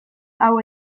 hau